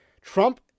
Trump